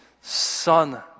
son